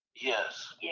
yes